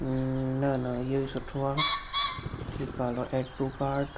न न इहो ई सुठो आहे ठीकु आहे हलो एड टू कार्ट